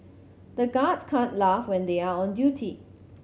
the guards can't laugh when they are on duty